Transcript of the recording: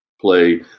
play